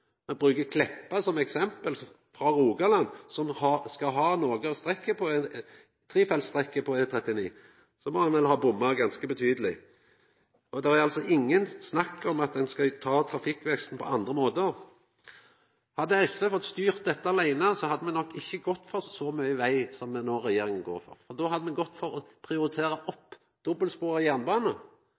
ein høyrer på at representanten Åse Michaelsen frå Sørlandet prøvar seg med knepet å skjella ut dei senterpartistatsrådane som ikkje kjem frå regionen, og bruker Meltveit Kleppa som eksempel frå Rogaland, som skal ha noko av trefeltstrekninga på E39, må ho vel ha bomma ganske betydeleg. Det er altså ikkje snakk om at ein skal ta trafikkveksten på andre måtar. Hadde SV fått styra dette aleine, hadde me nok ikkje gått for så mykje veg som det regjeringa nå går for – me hadde gått